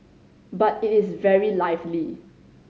but it is very lively